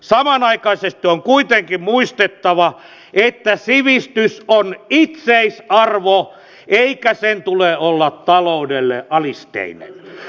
samanaikaisesti on kuitenkin muistettava viettää nimi ja god it että sivistys on itseisarvo eikä sen tule olla taloudelle alisteinen